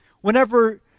whenever